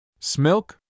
Smilk